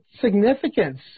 significance